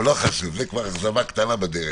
אבל לא חשוב, זה כבר הגזמה קטנה בדרך.